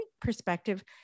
perspective